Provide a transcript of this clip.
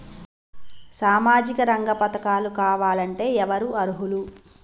సామాజిక రంగ పథకాలు కావాలంటే ఎవరు అర్హులు?